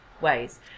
ways